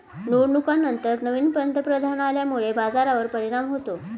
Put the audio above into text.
निवडणुकांनंतर नवीन पंतप्रधान आल्यामुळे बाजारावर परिणाम होतो